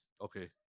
okay